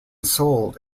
sold